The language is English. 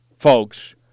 Folks